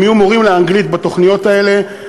הם יהיו מורים לאנגלית בתוכניות האלה,